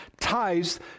tithes